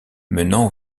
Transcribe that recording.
menant